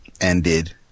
ended